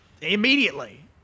immediately